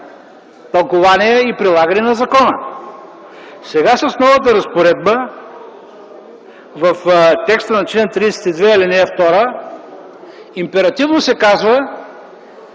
тълкувание и прилагане на закона. Сега, с новата разпоредба, в текста на чл. 32, ал. 2 императивно се казва,